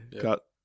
Cut